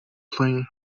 playing